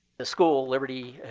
the school, liberty,